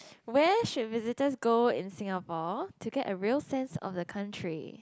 where should visitors go in Singapore to get a real sense of the country